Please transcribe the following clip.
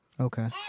okay